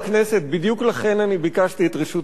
בדיוק לכן ביקשתי את רשות הדיבור,